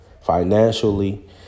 financially